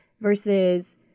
versus